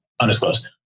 undisclosed